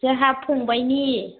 जोंहा फंबायनि